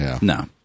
No